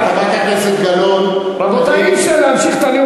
כרטיס אוטובוס לדרום תל-אביב נתתם לכל מי שיצא מ"סהרונים".